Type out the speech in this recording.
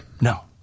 No